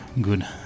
Good